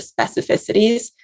specificities